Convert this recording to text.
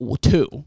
two